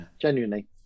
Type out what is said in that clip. Genuinely